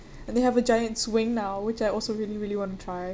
and they have a giant swing now which I also really really want to try